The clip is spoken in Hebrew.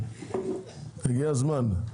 הגיע הזמן.